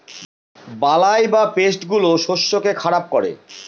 বালাই বা পেস্ট গুলো শস্যকে খারাপ করে